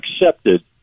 accepted